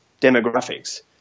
demographics